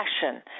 passion